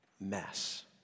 mess